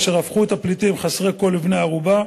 אשר הפכו פליטים חסרי כול לבני-ערובה: